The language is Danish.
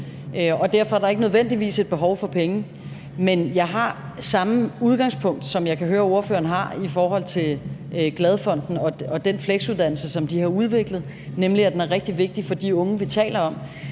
der derfor ikke nødvendigvis er et behov for penge. Men jeg har det samme udgangspunkt, som jeg kan høre at ordføreren har, i forhold til Glad Fonden og den Flexuddannelse, som de har udviklet, nemlig at den er rigtig vigtig for de unge, som vi taler om.